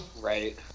Right